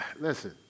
listen